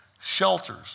Shelters